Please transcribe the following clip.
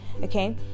Okay